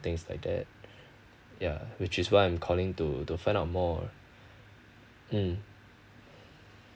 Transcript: things like that yeah which is why I'm calling to to find out more mm